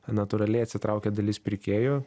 natūraliai atsitraukė dalis pirkėjų